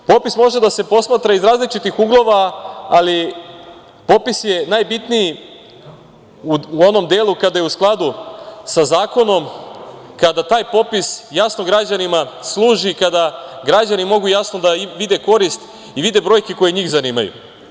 Popis može da se posmatra iz različitih uglova, ali popis je najbitniji u onom delu kada je u skladu sa zakonom, kada taj popis jasno građanima služi i kada građani mogu jasno da vide korist i vide brojke koje njih zanimaju.